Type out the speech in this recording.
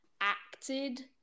acted